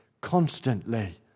constantly